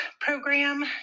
program